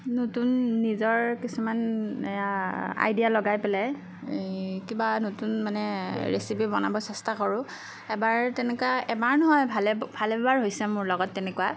নতুন নিজৰ কিছুমান এয়া আইডিয়া লগাই পেলাই এই কিবা নতুন মানে ৰেচিপি বনাব চেষ্টা কৰোঁ এবাৰ তেনেকুৱা এবাৰ নহয় ভালে ভালেবাৰ হৈছে মোৰ লগত তেনেকুৱা